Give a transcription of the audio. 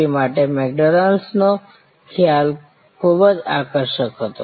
વી માટે મેકડોનાલ્ડ્સનો ખ્યાલ ખૂબ જ આકર્ષક હતો